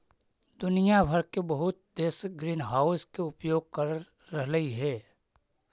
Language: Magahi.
दुनिया भर के बहुत देश ग्रीनहाउस के उपयोग कर रहलई हे